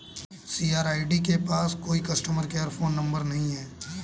CRED के पास कोई कस्टमर केयर फोन नंबर नहीं है